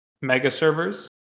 mega-servers